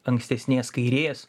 ankstesnės kairės